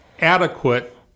adequate